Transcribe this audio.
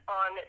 on